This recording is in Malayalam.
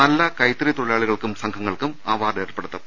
നല്ല കൈത്തറി തൊഴിലാളി കൾക്കും സംഘങ്ങൾക്കും അവാർഡ് ഏർപ്പെടുത്തും